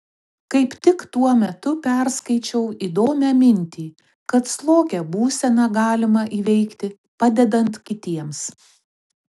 kaip tik tuo metu perskaičiau įdomią mintį kad slogią būseną galima įveikti padedant kitiems